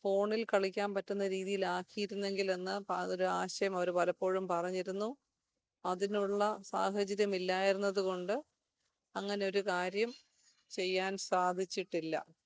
ഫോണിൽ കളിക്കാന് പറ്റുന്ന രീതിയിലാക്കിയിരുന്നെങ്കിലെന്ന് ഒരാശയം അവര് പലപ്പോഴും പറഞ്ഞിരുന്നു അതിനുള്ള സാഹചര്യമില്ലായിരുന്നതുകൊണ്ട് അങ്ങനൊരു കാര്യം ചെയ്യാൻ സാധിച്ചിട്ടില്ല